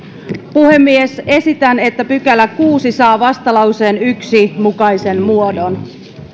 puhemies esitän että kuudes pykälä saa vastalauseen yhden mukaisen muodon